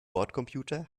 bordcomputer